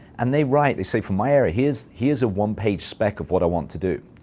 and they write. they say, for my area, here is here is a one-page spec of what i want to do,